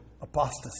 apostasy